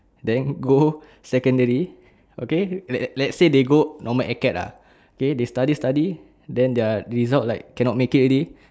then go secondary okay let's let's say they go normal acad lah okay they study study then their result like cannot make it already